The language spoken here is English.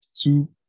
two